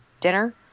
dinner